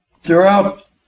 Throughout